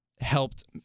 helped